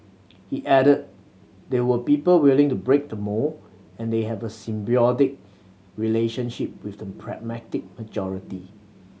he added there were people willing to break the mould and they had a symbiotic relationship with the pragmatic majority